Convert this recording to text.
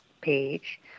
page